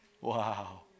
Wow